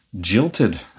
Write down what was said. jilted